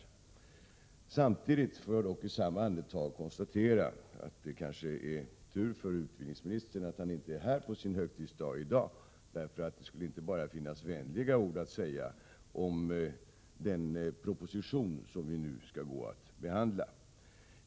I samma andetag får jag dock konstatera att det kanske är tur för utbildningsministern att han inte är här på sin högtidsdag, därför att det inte bara finns vänliga ord att säga om den proposition som vi nu skall gå att behandla.